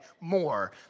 more